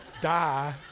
die.